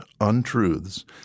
untruths